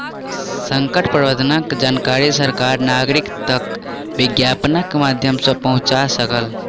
संकट प्रबंधनक जानकारी सरकार नागरिक तक विज्ञापनक माध्यम सॅ पहुंचा सकल